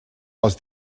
les